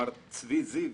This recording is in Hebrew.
מר צבי זיו,